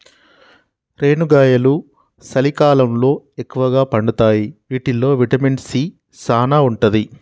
రేనుగాయలు సలికాలంలో ఎక్కుగా పండుతాయి వీటిల్లో విటమిన్ సీ సానా ఉంటది